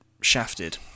shafted